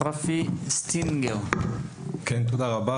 תודה רבה.